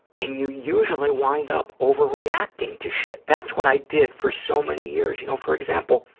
and you usually wind up overreacting to shit. that's what i did for so many years. you know, for example,